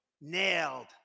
nailed